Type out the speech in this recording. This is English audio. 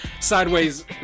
sideways